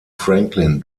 franklin